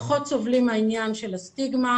פחות סובלים מהעניין של הסטיגמה.